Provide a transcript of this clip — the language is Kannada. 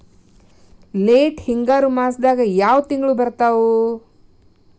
ಲೇಟ್ ಹಿಂಗಾರು ಮಾಸದಾಗ ಯಾವ್ ತಿಂಗ್ಳು ಬರ್ತಾವು?